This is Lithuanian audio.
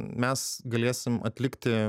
mes galėsim atlikti